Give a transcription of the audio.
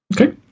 Okay